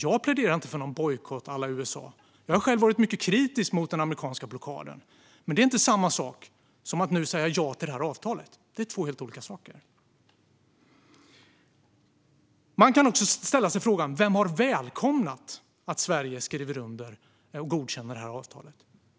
Jag pläderar inte för någon bojkott à la USA. Jag har själv varit mycket kritisk mot den amerikanska blockaden. Men det är inte samma sak som att nu säga ja till detta avtal. Det är två helt olika saker. Man kan också ställa sig frågan vem som har välkomnat att Sverige skriver under och godkänner avtalet.